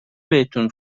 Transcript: بهتون